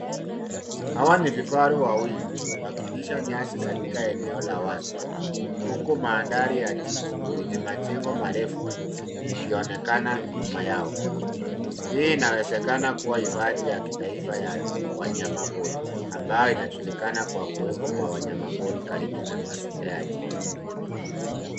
Hawa ni vifaru wawili wakilisha nyasi katika eneo la wazi huku mandhari ya jiji yenye majengo marefu ikionekana nyuma yao. Hii inawezekana kuwa hifadhi ya kitaifa ya wanyamapori ambayo inajulikana kwa kuwepo kwa wanyama pori karibu na mazingira ya jiji.